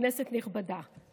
כנסת נכבדה,